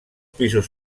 pisos